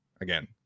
again